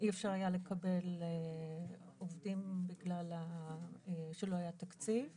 שאי אפשר היה לקבל עובדים בגלל שלא היה תקציב,